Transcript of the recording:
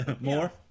more